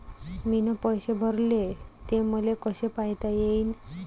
मीन पैसे भरले, ते मले कसे पायता येईन?